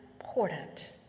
important